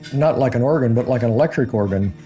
not like an organ, but like an electric organ.